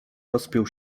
rozpiął